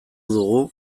dugu